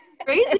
crazy